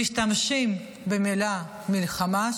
משתמשים במילה מלחמה,